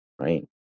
right